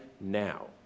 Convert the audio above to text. now